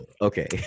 Okay